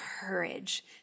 courage